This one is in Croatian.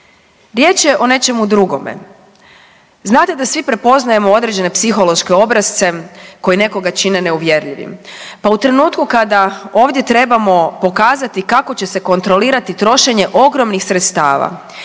Riječ je o nečemu drugome. Znate da svi prepoznajemo određene psihološke obrasce koji nekoga čine neuvjerljivim, pa u trenutku kada ovdje trebamo pokazati kako će se kontrolirati trošenje ogromnih sredstava